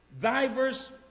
Diverse